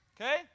Okay